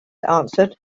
answered